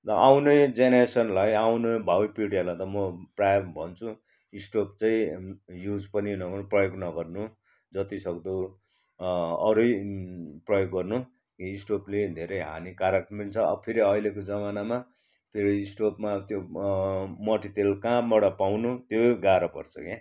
र आउने जेनेरेसनलाई आउने भावी पिँढीहरूलाई त म प्रायः भन्छु स्टोभ चाहिँ युज पनि नगर्नु प्रयोग नगर्नु जतिसक्दो अरू नै प्रयोग गर्नु स्टोभले धेरै हानीकारक पनि छ फेरि अहिलेको जमानामा फेरि स्टोभमा त्यो मट्टितेल कहाँबाट पाउनु त्यो गाह्रो पर्छ क्या